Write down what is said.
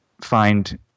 find